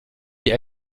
die